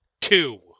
two